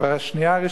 בשנייה הראשונה,